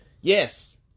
Yes